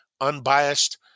unbiased